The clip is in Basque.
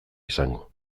izango